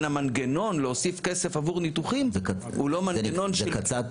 המנגנון להוסיף כסף עבור ניתוחים הוא לא מנגנון --- זה קצ"ת?